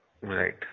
Right